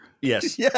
yes